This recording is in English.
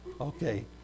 Okay